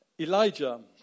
Elijah